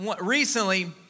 recently